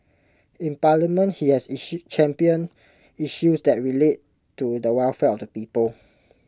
in parliament he has championed issues that relate to the welfare the people